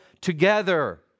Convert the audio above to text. together